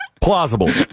Plausible